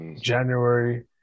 January